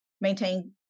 maintain